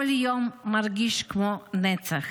כל יום מרגיש כמו נצח,